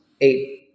eight